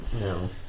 No